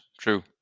true